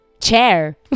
chair